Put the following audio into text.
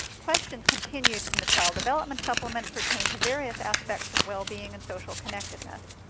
questions continued from the child development supplement pertain to various aspects of well-being and social connectedness.